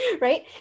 right